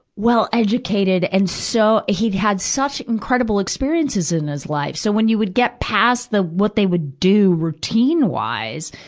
well-educated and so he'd had such incredible experiences in his life, so when you would get past the, what they would do routine-wise,